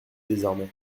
désormais